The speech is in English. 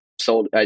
sold